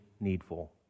needful